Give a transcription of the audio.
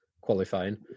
qualifying